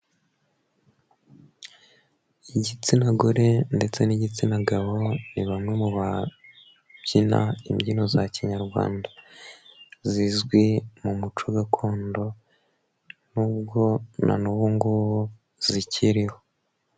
Igitsina gore ndetse n'igitsina gabo ni bamwe mu babyina imbyino za kinyarwanda zizwi mu muco gakondo n'ubwo na n'ubu ngubu zikiriho.